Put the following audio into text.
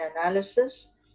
analysis